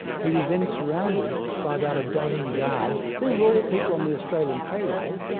he was then surrounded by about a dozen guards. these are all people on the australian payroll,